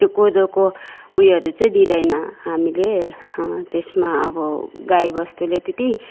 त्यो कोदोको ऊ योहरू चाहिँ दिँदैन हामीले त्यसमा अब गाईवस्तुले त्यति